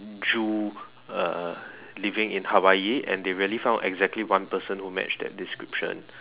Jew uh living in Hawaii and they really found exactly one person who matched that description